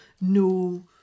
no